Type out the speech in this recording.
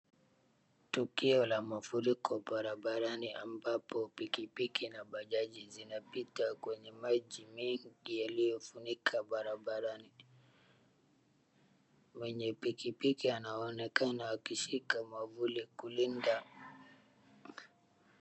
Tukio la mafuriko barabarani ambapo pikipiki na bajaji zinapita kwenye maji mingi yaliyofunika barabarani. Mwenye pikipiki anaonekana akishika mwavuli kulinda.